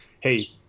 hey